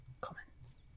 comments